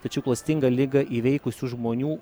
tačiau klastingą ligą įveikusių žmonių